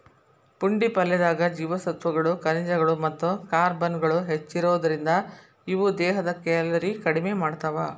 ಪುಂಡಿ ಪಲ್ಲೆದಾಗ ಜೇವಸತ್ವಗಳು, ಖನಿಜಗಳು ಮತ್ತ ಕಾರ್ಬ್ಗಳು ಹೆಚ್ಚಿರೋದ್ರಿಂದ, ಇವು ದೇಹದ ಕ್ಯಾಲೋರಿ ಕಡಿಮಿ ಮಾಡ್ತಾವ